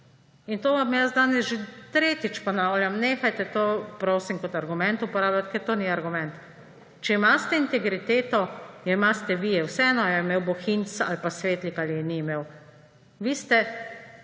In to vam jaz danes že tretjič ponavljam, nehajte to, prosim, kot argument uporabljati, ker to ni argument. Če imate integriteto, jo imate vi. Je vseeno, ali jo je imel Bohinc ali pa Svetlik, ali je ni imel. Vi ste